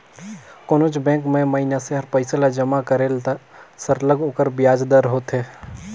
कोनोच बंेक में मइनसे हर पइसा ल जमा करेल त सरलग ओकर बियाज दर होथे